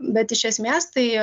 bet iš esmės tai